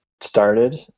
started